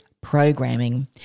Programming